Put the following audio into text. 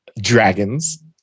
dragons